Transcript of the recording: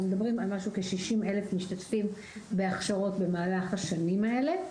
מדברים על משהו כ-60 אלף משתתפים בהכשרות במהלך השנים האלה,